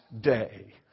day